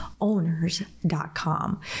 owners.com